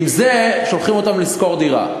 עם זה שולחים אותן לשכור דירה.